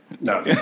No